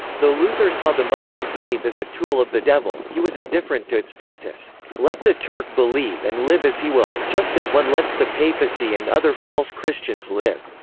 though luther saw the muslim faith as a tool of the devil, he was indifferent to its practice let the turk believe and live as he will, just as one lets the papacy and other false christians live.